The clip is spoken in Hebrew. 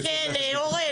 כן, כן, אורן.